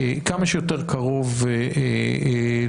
כמה שיותר קרוב לעלייה.